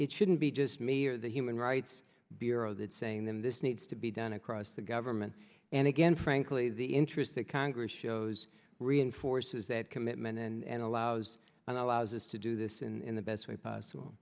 it shouldn't be just me or the human rights bureau that's saying this needs to be done across the government and again frankly the interest that congress those reinforces that commitment and allows and i was to do this in the best way possible